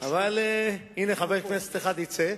אבל הנה חבר כנסת אחד יצא,